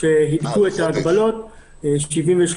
שהידקו את ההגבלות, 73